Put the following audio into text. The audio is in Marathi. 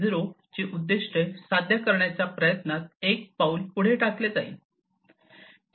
0 ची उद्दिष्टे साध्य करण्याच्या प्रयत्नात एक पाऊल पुढे टाकले जाईल